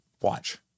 Watch